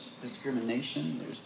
discrimination